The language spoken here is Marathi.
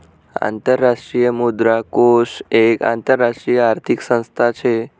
आंतरराष्ट्रीय मुद्रा कोष एक आंतरराष्ट्रीय आर्थिक संस्था शे